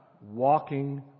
walking